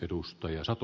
arvoisa puhemies